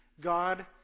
God